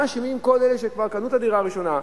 מה אשמים כל אלה שכבר קנו את הדירה הראשונה,